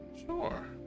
Sure